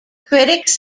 critics